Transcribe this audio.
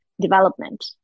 development